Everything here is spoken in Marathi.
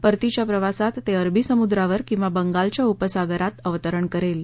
परतीच्या प्रवासात ते अरबी समुद्रावर किंवा बंगालच्या उपसागरात अवतरण करेल